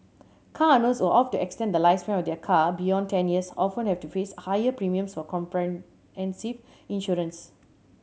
car owners who opt to extend the lifespan of their car beyond ten years often have to face higher premiums for comprehensive insurance